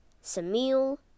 Samuel